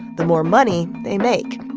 the more money they make.